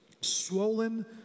swollen